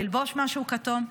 ללבוש משהו כתום,